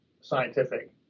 scientific